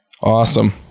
Awesome